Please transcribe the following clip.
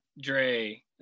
dre